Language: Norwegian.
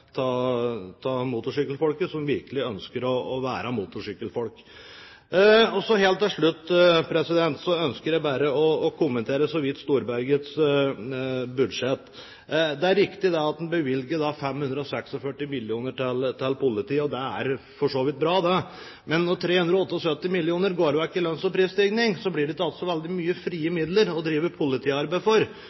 motorsykkelfolket som virkelig ønsker å være motorsykkelfolk. Helt til slutt ønsker jeg bare å kommentere så vidt Storbergets budsjett. Det er riktig at en bevilger 546 mill. kr til politiet, og det er for så vidt bra, det, Men når 378 mill. kr går vekk i lønns- og prisstigning, blir det ikke igjen så mye frie midler å drive politiarbeid for.